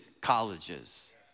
colleges